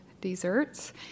desserts